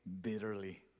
bitterly